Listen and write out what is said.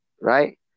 right